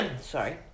Sorry